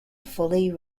fully